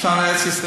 יש לנו ארץ-ישראל.